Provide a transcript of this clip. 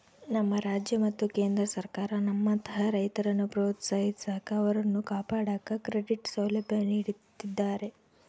ನಮ್ಮ ರಾಜ್ಯ ಮತ್ತು ಕೇಂದ್ರ ಸರ್ಕಾರ ನಮ್ಮಂತಹ ರೈತರನ್ನು ಪ್ರೋತ್ಸಾಹಿಸಾಕ ಅವರನ್ನು ಕಾಪಾಡಾಕ ಕ್ರೆಡಿಟ್ ಸೌಲಭ್ಯ ನೀಡುತ್ತಿದ್ದಾರೆ